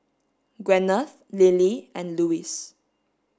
Gwyneth Lillie and Louis